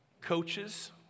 Coaches